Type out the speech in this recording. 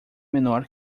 menor